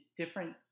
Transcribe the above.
different